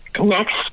next